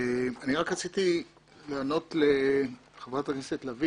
אני רק רציתי לענות לחברת הכנסת לביא